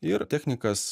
ir technikas